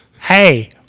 Hey